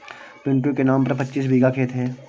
पिंटू के नाम पर पच्चीस बीघा खेत है